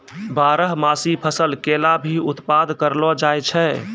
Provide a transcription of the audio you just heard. बारहमासी फसल केला भी उत्पादत करलो जाय छै